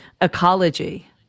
ecology